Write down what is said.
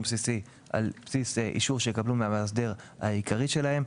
בסיסי על בסיס אישור שהם יקבלו מהמאסדר העיקרי שלהם.